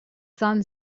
sun